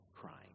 crying